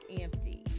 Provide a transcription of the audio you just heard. empty